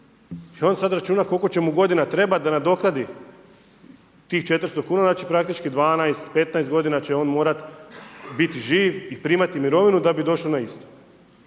I on sad računa koliko će mu godina trebat da nadoknadi tih 400 kuna, praktički 12, 15 godina će on morat bit živ i primati mirovinu da bi došao na isto.